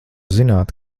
zināt